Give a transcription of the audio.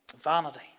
Vanity